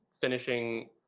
finishing